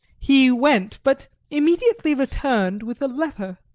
he went, but immediately returned with a letter